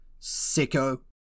Sicko